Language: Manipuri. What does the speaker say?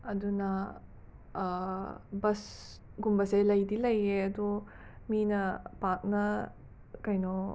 ꯑꯗꯨꯅ ꯕꯁꯀꯨꯝꯕꯁꯦ ꯂꯩꯗꯤ ꯂꯩꯌꯦ ꯑꯗꯣ ꯃꯤꯅ ꯄꯥꯛꯅ ꯀꯩꯅꯣ